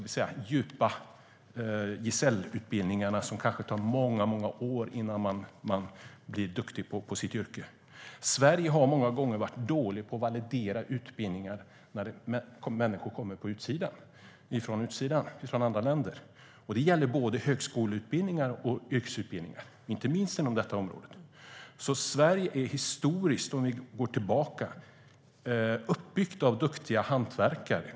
I de djupa gesällutbildningarna kan det ta många år innan man blir duktig på sitt yrke. Sverige har många gånger varit dåligt på att validera utbildningar när människor kommer utifrån, från andra länder. Det gäller både högskoleutbildningar och yrkesutbildningar. Sverige är historiskt uppbyggt av duktiga hantverkare.